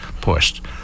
pushed